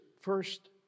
first